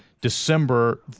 December